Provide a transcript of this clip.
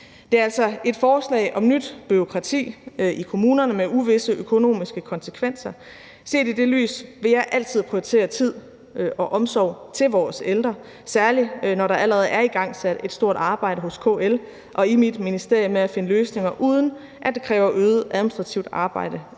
Det er altså et forslag om nyt bureaukrati i kommunerne med uvisse økonomiske konsekvenser. Set i det lys vil jeg altid prioritere tid og omsorg til vores ældre, særlig når der allerede er igangsat et stort arbejde hos KL og i mit ministerium med at finde løsninger, uden at det kræver øget administrativt arbejde